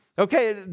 Okay